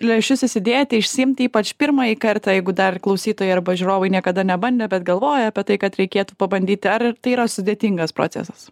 lęšius įsidėti išsiimti ypač pirmąjį kartą jeigu dar klausytojai arba žiūrovai niekada nebandė bet galvoja apie tai kad reikėtų pabandyti ar tai yra sudėtingas procesas